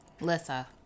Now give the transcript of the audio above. Lissa